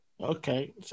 Okay